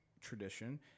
tradition